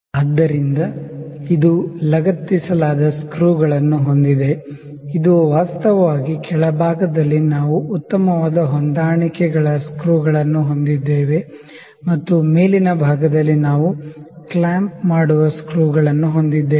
ಆದ್ದರಿಂದ ಇದು ಲಗತ್ತಿಸಲಾದ ಸ್ಕ್ರೂ ಗಳನ್ನು ಹೊಂದಿದೆ ಇದು ವಾಸ್ತವವಾಗಿ ಕೆಳಭಾಗದಲ್ಲಿ ನಾವು ಉತ್ತಮವಾದ ಹೊಂದಾಣಿಕೆಗಳ ಸ್ಕ್ರೂ ಗಳನ್ನು ಹೊಂದಿದ್ದೇವೆ ಮತ್ತು ಮೇಲಿನ ಭಾಗದಲ್ಲಿ ನಾವು ಕ್ಲ್ಯಾಂಪ್ ಮಾಡುವ ಸ್ಕ್ರೂ ಗಳನ್ನುಹೊಂದಿದ್ದೇವೆ